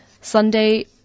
Sunday